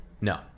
No